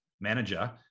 manager